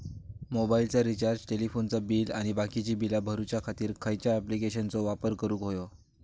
मोबाईलाचा रिचार्ज टेलिफोनाचा बिल आणि बाकीची बिला भरूच्या खातीर खयच्या ॲप्लिकेशनाचो वापर करूक होयो?